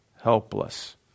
helpless